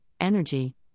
energy